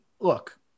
look